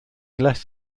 less